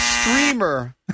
Streamer